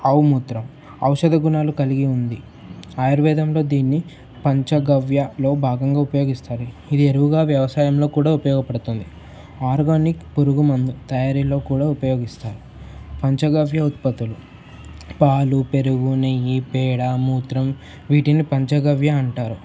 ఆవు మూత్రం ఔషధ గుణాలు కలిగి ఉంది ఆయుర్వేదంలో దీన్ని పంచగవ్యలో భాగంగా ఉపయోగిస్తారు ఇది ఎరువుగా వ్యవసాయంలో కూడా ఉపయోగపడుతుంది ఆర్గానిక్ పురుగు మందు తయారీలో కూడా ఉపయోగిస్తారు పంచగవ్య ఉత్పత్తులు పాలు పెరుగు నెయ్యి పేడ మూత్రం వీటిని పంచగవ్య అంటారు